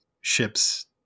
ship's